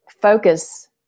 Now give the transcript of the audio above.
focus